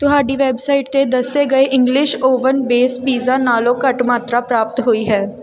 ਤੁਹਾਡੀ ਵੈੱਬਸਾਈਟ 'ਤੇ ਦੱਸੇ ਗਏ ਇੰਗਲਿਸ਼ ਓਵਨ ਬੇਸ ਪੀਜ਼ਾ ਨਾਲੋਂ ਘੱਟ ਮਾਤਰਾ ਪ੍ਰਾਪਤ ਹੋਈ ਹੈ